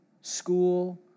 school